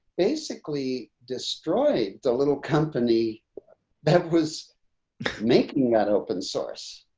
basically destroyed the little company that was making that open source